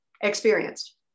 experienced